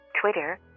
Twitter